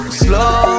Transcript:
slow